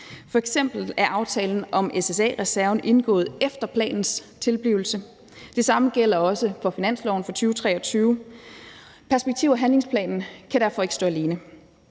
F.eks. er aftalen om SSA-reserven indgået efter planens tilblivelse. Det samme gælder også for finansloven for 2023. Perspektiv- og handlingsplanen kan derfor ikke stå alene.